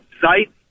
SITE